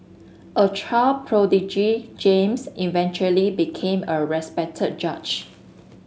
a child prodigy James eventually became a respected judge